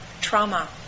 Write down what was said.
trauma